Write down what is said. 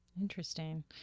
Interesting